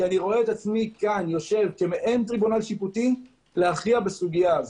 כי אני רואה את עצמי כאן יושב כמעין טריבונל שיפוטי להכריע בסוגיה הזו.